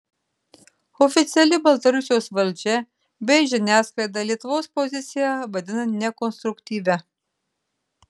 oficiali baltarusijos valdžia bei žiniasklaida lietuvos poziciją vadina nekonstruktyvia